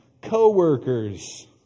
Co-workers